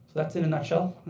that's in a nutshell.